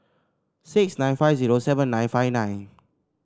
six nine five zero seven nine five nine